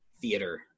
theater